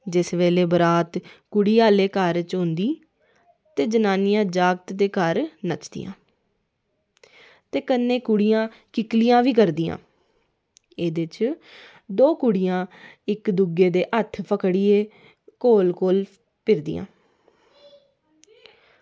जिस बेल्लै बरात कुड़ी आह्ले घर च होंदी ते जनानियां जागत् दे घर नच्चदियां ते कन्नै कुड़ियां कीह्कलियां बी करदियां एह्दे च दौ कुड़ियां इक्क दूऐ दे हत्थ फकड़ियै गोल गोल फिरदियां